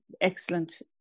excellent